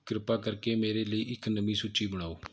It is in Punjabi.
ਕਿਰਪਾ ਕਰਕੇ ਮੇਰੇ ਲਈ ਇੱਕ ਨਵੀਂ ਸੂਚੀ ਬਣਾਓ